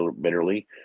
bitterly